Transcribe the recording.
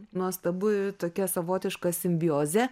nuostabu tokia savotiška simbiozė